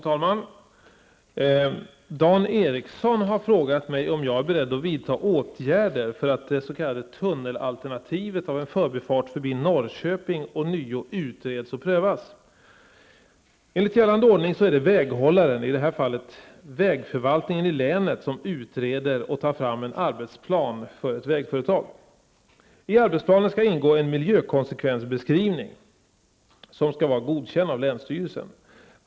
Fru talman! Dan Ericsson i Kolmården har frågat mig om jag är beredd att vidta åtgärder för att det s.k. tunnelalternativet av en förbifart förbi Norrköping ånyo utreds och prövas. Enligt gällande ordning är det väghållaren, i detta fall vägförvaltningen i länet, som utreder och tar fram en arbetsplan för ett vägföretag. I arbetsplanen skall ingå en miljökonsekvensbeskrivning som skall vara godkänd av länsstyrelsen.